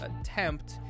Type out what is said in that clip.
attempt